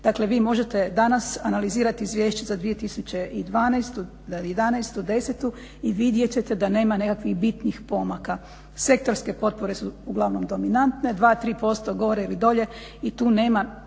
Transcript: Dakle, vi možete danas analizirati izvješće za 2012., 2011., 2010. i vidjet ćete da nema nekakvih bitnih pomaka. Sektorske potpore su uglavnom dominantne, 2, 3 % gore ili dolje i tu nema,